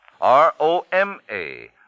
R-O-M-A